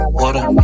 water